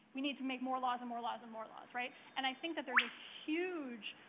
we need to make more laws and more laws and more laws, right? and i think that there's a huge